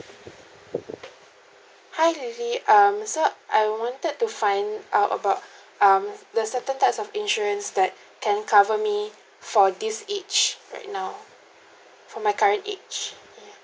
hi lily um so I wanted to find out about um the certain types of insurance that can cover me for this age right now for my current age ya